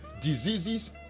diseases